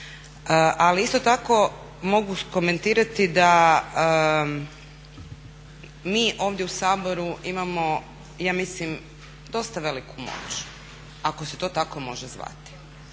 Ali isto tako mogu iskomentirati da mi ovdje u Saboru imamo ja mislim dosta veliku moć ako se to tako može zvati.